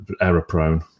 error-prone